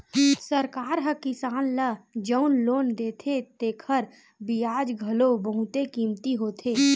सरकार ह किसान ल जउन लोन देथे तेखर बियाज घलो बहुते कमती होथे